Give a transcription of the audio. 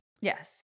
Yes